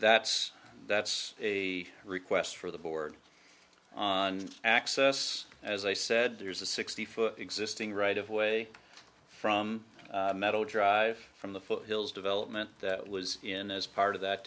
that's that's a request for the board on access as i said there's a sixty foot existing right of way from metal drive from the foothills development was in as part of that